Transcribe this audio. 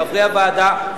חברי הוועדה,